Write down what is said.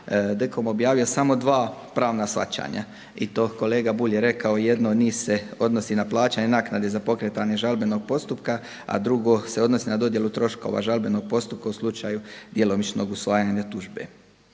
DKOM objavio samo dva pravna shvaćanja i to kolega Bulj je rekao, jedno od njih se odnosi na plaćanje naknade za pokretanje žalbenog postupka, a drugo se odnosi na dodjelu troškova žalbenog postupka u slučaju djelomičnog usvajanja tužbe.